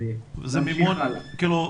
זה יהיה.